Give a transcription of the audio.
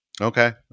Okay